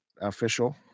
official